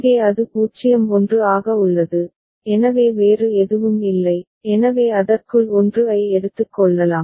இங்கே அது 0 1 ஆக உள்ளது எனவே வேறு எதுவும் இல்லை எனவே அதற்குள் 1 ஐ எடுத்துக் கொள்ளலாம்